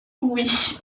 oui